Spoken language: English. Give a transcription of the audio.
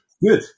Good